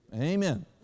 Amen